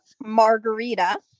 margarita